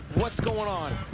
what's going on.